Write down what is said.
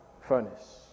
furnace